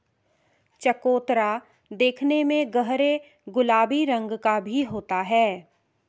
चकोतरा देखने में गहरे गुलाबी रंग का भी होता है